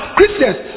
Christians